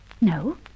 No